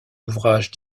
ouvrages